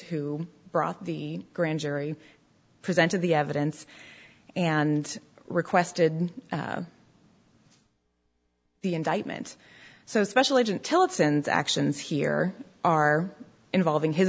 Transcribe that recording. who brought the grand jury presented the evidence and requested the indictment so special agent tell us and actions here are involving hi